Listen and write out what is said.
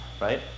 right